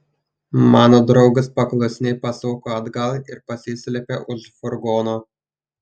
mano draugas paklusniai pasuko atgal ir pasislėpė už furgono